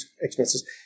expenses